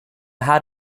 had